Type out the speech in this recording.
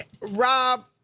Rob